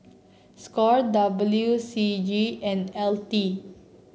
Score W C G and L T